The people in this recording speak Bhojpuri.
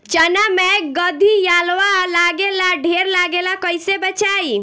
चना मै गधयीलवा लागे ला ढेर लागेला कईसे बचाई?